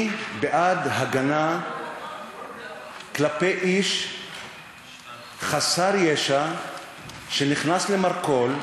אני בעד הגנה על איש חסר ישע שנכנס למרכול,